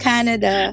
Canada